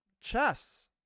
chess